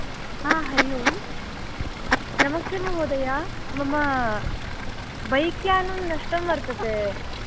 हरि ओम् नमस्ते महोदय मम बैक् यानं नष्टं वर्तते